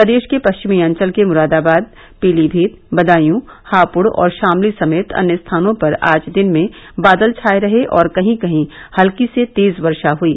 प्रदेश के परिचमी अंचल के मुरादाबाद पीलीभीत बदायूं हापुड़ और शामली समेत अन्य स्थानों पर आज दिन में बादल छाए रहे और कहीं कहीं हल्की से तेज वर्षा हुई